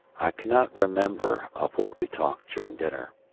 i cannot remember of what we talked during dinner.